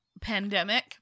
pandemic